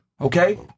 Okay